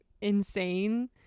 insane